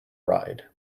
ride